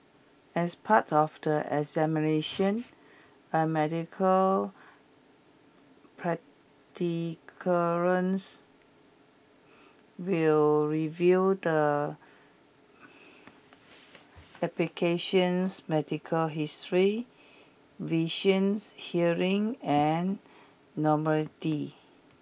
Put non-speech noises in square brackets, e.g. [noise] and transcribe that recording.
as part of the examination a medical [unintelligible] will review the application's medical history visions hearing and mobility